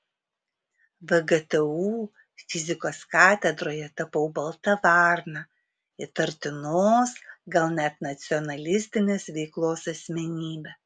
vgtu fizikos katedroje tapau balta varna įtartinos gal net nacionalistinės veiklos asmenybe